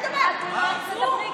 תישארי פה, את לא,